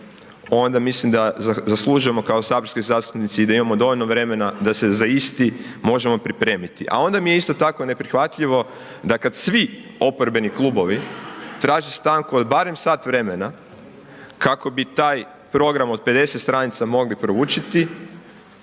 onda mislim da zaslužujemo kao saborski zastupnici i da imamo dovoljno vremena da se za isti možemo pripremiti. A onda mi je isto tako neprihvatljivo da kad svi oporbeni klubovi traže stanku od barem sat vremena kako bi taj program od 50 stranica mogli proučiti,